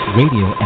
radio